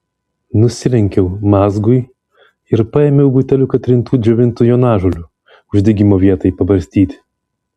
nusilenkiau mazgui ir paėmiau buteliuką trintų džiovintų jonažolių uždegimo vietai pabarstyti